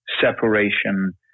separation